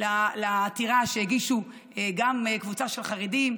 בעתירה שהגישה גם קבוצה של חרדים,